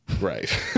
Right